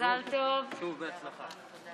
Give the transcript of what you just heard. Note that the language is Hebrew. האמת שזוהי זכות גדולה כשביקשת ממני